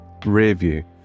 Rearview